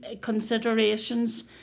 considerations